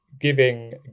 giving